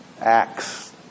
Acts